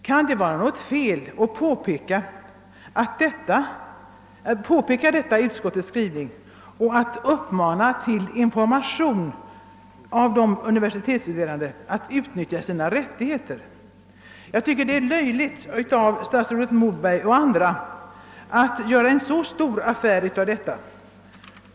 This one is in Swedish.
Kan det vara något fel att påpeka denna utskottets skrivning och att uppmana till information bland de universitetsstuderande, så att dessa kan utnyttja sina rättigheter? Jag tycker att det är löjligt av statsrådet Moberg och andra att göra en så stor affär av detta.